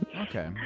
Okay